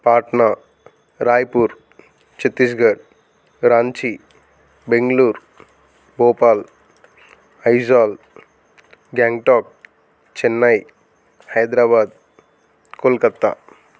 Patna Raipur Chhattisgarh Ranchi Bangalore Bhopal Aizawl Gangtok Chennai Hyderabad Kolkata